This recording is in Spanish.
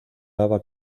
lava